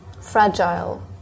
fragile